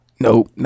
No